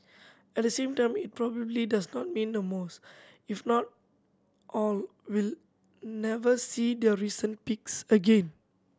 at the same time it probably does not mean the most if not all will never see their recent peaks again